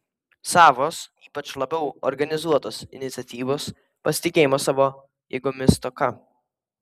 savos ypač labiau organizuotos iniciatyvos pasitikėjimo savo jėgomis stoka